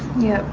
yeah,